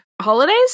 holidays